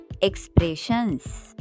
expressions